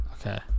Okay